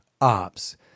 ops